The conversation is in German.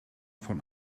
von